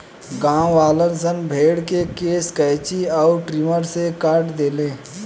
गांववालन सन भेड़ के केश कैची अउर ट्रिमर से काट देले